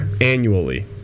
Annually